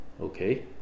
okay